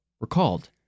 recalled